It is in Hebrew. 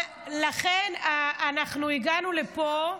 לכן הגענו לפה,